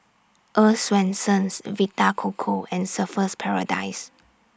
Earl's Swensens Vita Coco and Surfer's Paradise